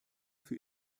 für